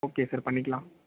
okay sir பண்ணிக்கலாம்